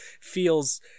feels